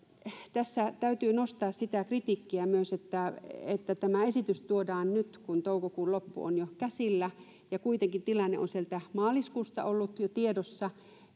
tässä täytyy nostaa sitä kritiikkiä myös että että tämä esitys tuodaan nyt kun toukokuun loppu on jo käsillä ja kuitenkin tilanne on sieltä maaliskuusta ollut jo tiedossa